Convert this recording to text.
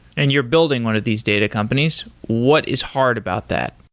and you're building one of these data companies. what is hard about that?